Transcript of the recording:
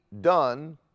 done